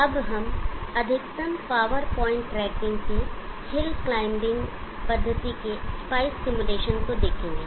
अब हम अधिकतम पावर पॉइंट ट्रैकिंग के हिल क्लाइंबिंग पद्धति के स्पाइस सिमुलेशन को देखेंगे